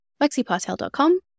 LexiPartel.com